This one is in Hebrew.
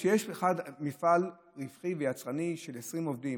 כשיש לך מפעל רווחי וייצרני של 20 עובדים,